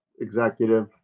executive